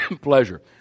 pleasure